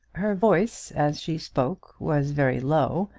her voice as she spoke was very low,